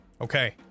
Okay